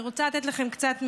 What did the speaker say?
אני רוצה לתת לכם קצת מידע.